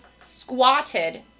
squatted